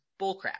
bullcrap